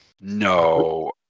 No